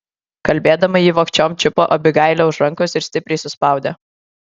kalbėdama ji vogčiom čiupo abigailę už rankos ir stipriai suspaudė